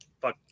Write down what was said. Fuck